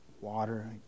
water